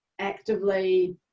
actively